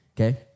okay